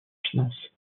finance